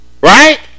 Right